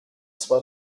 zwar